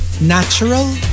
natural